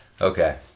Okay